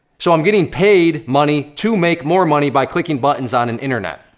so i'm getting paid money to make more money by clicking buttons on an internet,